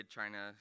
China